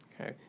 Okay